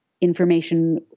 information